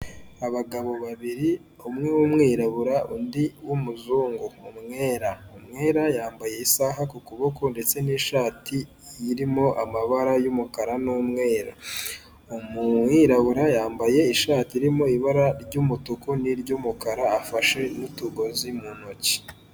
Abagabo babiri umwe w'umwirabura undi w'umuzungu umwera, umwera yambaye isaha ku kuboko ndetse n'ishati irimo amabara y'umukara n'umweru umwirabura yambaye ishati irimo ibara ry'umutuku niry'umukara afashe n'utugozi mu ntoki.